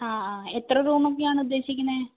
ആ ആ എത്ര റൂമൊക്കെയാണുദ്ദേശിക്കുന്നത്